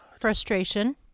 Frustration